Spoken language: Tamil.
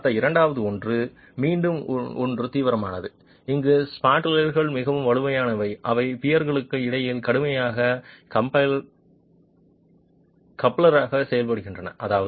நீங்கள் பார்த்த இரண்டாவது ஒன்று மீண்டும் ஒரு தீவிரமானது அங்கு ஸ்பாண்ட்ரல்கள் மிகவும் வலுவானவை மற்றும் பியர்களுக்கு இடையில் கடுமையான கப்ளர்களாக செயல்படுகின்றன